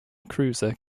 cruiser